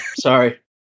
Sorry